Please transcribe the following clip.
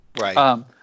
Right